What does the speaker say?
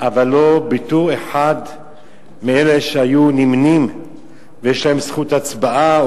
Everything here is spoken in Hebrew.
אבל לא בתור אחד מאלה שהיו נמנים ויש להם זכות הצבעה